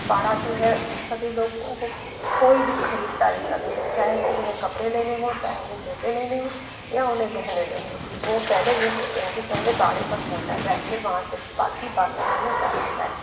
बाड़ा जो है सभी लोगों को कोई भी ख़रीदारी करनी हो चाहे वो उन्हें कपड़े लेने हों चाहे उन्हें जूते लेने हों या उन्हें गहने लेने हों वो पहले ये सोचेंगे कि पहले बाड़े पर पहुंचा जाए फिर वहाँ से बाक़ी बाज़ारों में जाया जाए